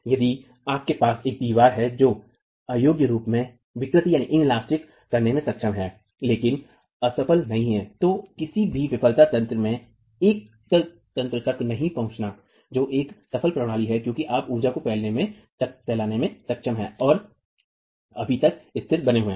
यदि आपके पास एक दीवार है जो अयोग्य रूप से विकृत करने में सक्षम है लेकिन असफल नहीं है तो किसी भी विफलता तंत्र तक नहीं पहुँचनाजो एक सफल प्रणाली है क्योंकि आप ऊर्जा को फैलाने में सक्षम हैं और अभी तक स्थिर बने हुए हैं